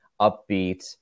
upbeat